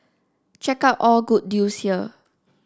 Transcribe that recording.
check out all good deals here